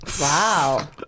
Wow